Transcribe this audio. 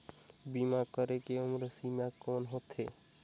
बीमा करे के उम्र सीमा कौन होथे?